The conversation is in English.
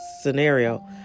scenario